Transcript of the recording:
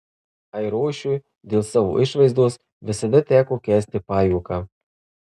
airošiui dėl savo išvaizdos visada teko kęsti pajuoką